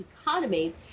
economy